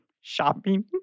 shopping